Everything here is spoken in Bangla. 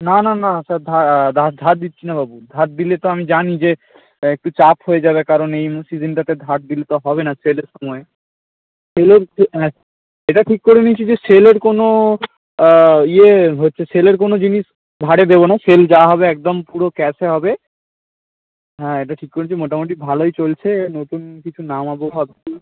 না না না স্যার ধা দার ধার দিচ্ছি না বাবু ধার দিলে তো আমি জানি যে একটু চাপ হয়ে যাবে কারণ এই সিজিনটাতে ধার দিলে তো হবে না সেলের সময় সেলের যে হ্যাঁ এটা ঠিক করে নিয়েছি যে সেলের কোনো ইয়ে হচ্ছে সেলের কোনো জিনিস ধারে দেবো না সেল যা হবে একদম পুরো ক্যাশে হবে হ্যাঁ এটা ঠিক করেছি মোটামুটি ভালোই চলছে নতুন কিছু নামাব ভাবছি